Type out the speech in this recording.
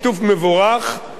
ככה ייעשה התכנון: